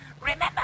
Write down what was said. Remember